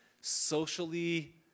socially